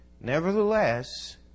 Nevertheless